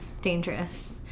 dangerous